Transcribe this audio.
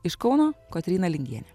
iš kauno kotryna lingienė